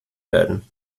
werden